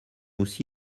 aussi